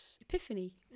Epiphany